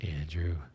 Andrew